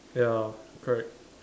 ya correct